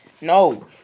No